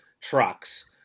trucks